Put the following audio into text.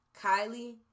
Kylie